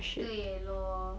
对 lor